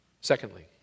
Secondly